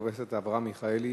חבר הכנסת אברהם מיכאלי,